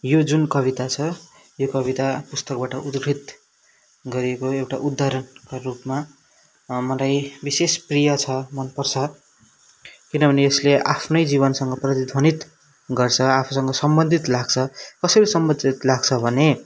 यो जुन कविता छ यो कविता पुस्तकबाट उद्धृत गरिएको एउटा उदाहरणको रूपमा मलाई विशेष प्रिय छ मन पर्छ किनभने यसले आफ्नो जीवनसँग प्रतिध्वनित गर्छ आफूसँग सम्बन्धित लाग्छ कसरी सम्बन्धित लाग्छ भने